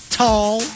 tall